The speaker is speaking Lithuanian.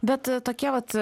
bet tokie vat